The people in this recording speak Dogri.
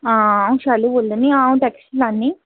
हां अ'ऊं शालू बोला नी